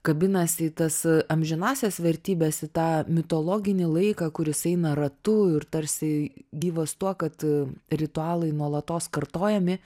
kabinasi į tas amžinąsias vertybes į tą mitologinį laiką kuris eina ratu ir tarsi gyvas tuo kad ritualai nuolatos kartojami